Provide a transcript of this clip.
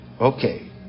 Okay